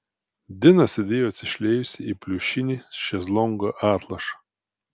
dina sėdėjo atsišliejusi į pliušinį šezlongo atlošą